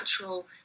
natural